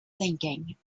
thinking